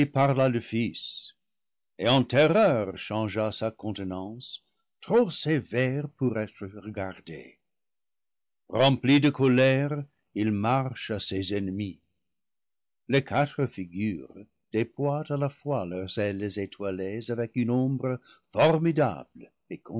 le fils et en terreur changea sa contenance te trop sévère pour être regardée rempli de colère il marche à ses ennemis les quatre figures déploient à la fois leurs ailes étoilées avec une ombre formidable